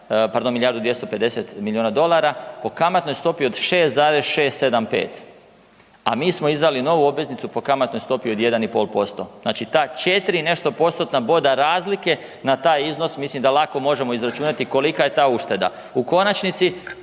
pardon, milijardu i 250 milijuna dolara, po kamatnoj stopi od 6,675, a mi smo izdali novu obveznicu po kamatnoj stopi od 1,5%. Znači ta 4 i nešto postotna boda razlike, na taj iznos, mislim da lako možemo izračunati kolika je ta ušteda. U konačnici,